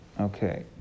Okay